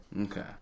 Okay